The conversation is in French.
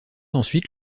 ensuite